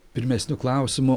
pirmesniu klausimu